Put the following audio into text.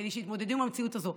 כדי שיתמודדו עם המציאות הזאת.